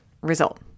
result